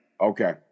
Okay